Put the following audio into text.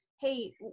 hey